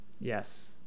Yes